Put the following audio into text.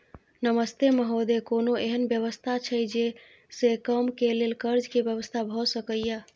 नमस्ते महोदय, कोनो एहन व्यवस्था छै जे से कम के लेल कर्ज के व्यवस्था भ सके ये?